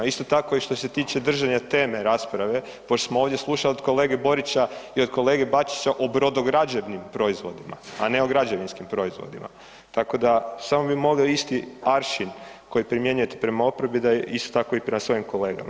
Isto tako i što se tiče držanja teme rasprave, pošto smo ovdje slušali od kolege Borića i od kolege Bačića o brodograđevnim proizvodima, a ne o građevinskim proizvodima, tako da samo bi molio isti aršin koji primjenjujete prema oporbi da isto tako i prema svojim kolegama.